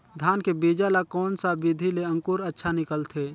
धान के बीजा ला कोन सा विधि ले अंकुर अच्छा निकलथे?